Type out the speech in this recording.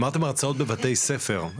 אמרתם הרצאות בבתי ספר,